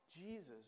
Jesus